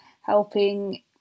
helping